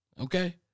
Okay